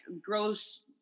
gross